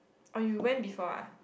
oh you went before ah